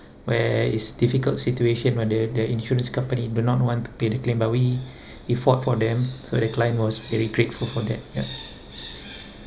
where it's difficult situation but the the insurance company do not want to pay the claim but we we fought for them so the client was very grateful for that yup